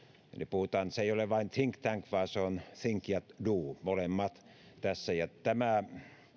puhutaan että se ei ole vain think tank vaan se on think ja do molemmat tässä tämä